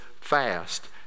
fast